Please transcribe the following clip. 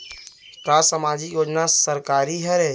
का सामाजिक योजना सरकारी हरे?